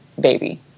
baby